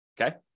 okay